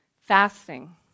fasting